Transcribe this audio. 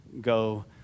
go